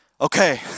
Okay